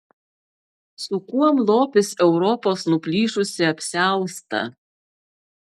su kuom lopys europos nuplyšusį apsiaustą